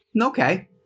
okay